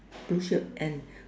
blue shirt and